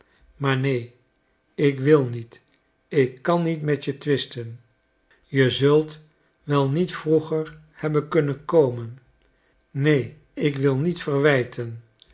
maar neen ik wil niet ik kan niet met je twisten je zult wel niet vroeger hebben kunnen komen neen ik wil niet verwijten